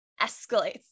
escalates